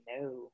No